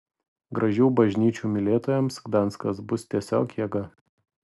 gražių bažnyčių mylėtojams gdanskas bus tiesiog jėga